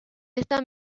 esta